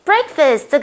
Breakfast